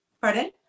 Pardon